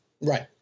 right